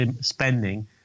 spending